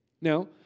Now